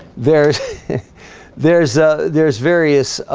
there's there's ah there's various